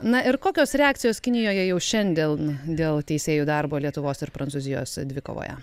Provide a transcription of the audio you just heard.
na ir kokios reakcijos kinijoje jau šiandien dėl teisėjų darbo lietuvos ir prancūzijos dvikovoje